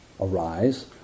arise